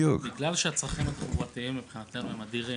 בגלל שהצרכים התחבורתיים מבחינתנו הם אדירים.